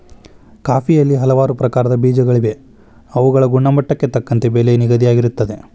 ಕಾಫಿಯಲ್ಲಿ ಹಲವಾರು ಪ್ರಕಾರದ ಬೇಜಗಳಿವೆ ಅವುಗಳ ಗುಣಮಟ್ಟಕ್ಕೆ ತಕ್ಕಂತೆ ಬೆಲೆ ನಿಗದಿಯಾಗಿರುತ್ತದೆ